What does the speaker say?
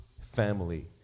family